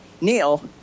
Neil